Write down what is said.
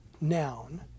noun